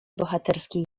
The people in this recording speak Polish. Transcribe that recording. bohaterskiej